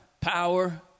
power